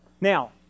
Now